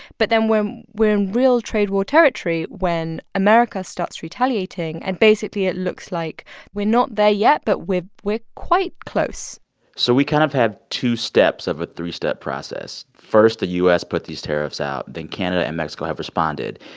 but then we're in real trade war territory when america starts retaliating. and basically, it looks like we're not there yet, but we're we're quite close so we kind of have two steps of a three-step process. first, the u s. put these tariffs out. then canada and mexico have responded.